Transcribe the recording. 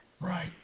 Right